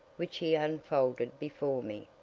which he unfolded before me.